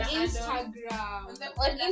instagram